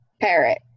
parrot